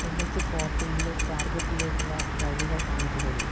N H ഫോര്ട്ടീനില് ടാര്ഗെറ്റിലേക്കുള്ള വഴികൾ കാണിച്ചുതരൂ